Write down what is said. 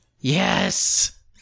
Yes